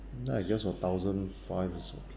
now I guessed for thousand five is okay